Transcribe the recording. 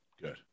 Good